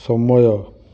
ସମୟ